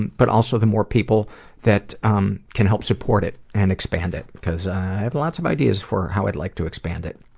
and but also the more people that um can help support it and expand it, cause i have lots of ideas on how i'd like to expand it.